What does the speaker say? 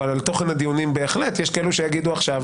אבל על תוכן הדיונים בהחלט יש כאלה שיגידו עכשיו